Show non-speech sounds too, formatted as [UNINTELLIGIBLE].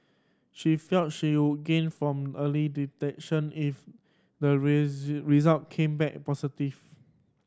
she felt she would gain from early detection if the [UNINTELLIGIBLE] result came back positive